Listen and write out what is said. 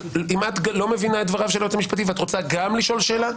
אם את לא מבינה את דבריו של היועץ המשפטי וגם את רוצה לשאול שאלה,